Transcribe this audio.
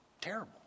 Terrible